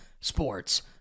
sports